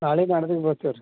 ನಾಳೆ ನಾಡ್ದಿಗೆ ಬರ್ತೀವಿ ರೀ